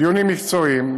דיונים מקצועיים.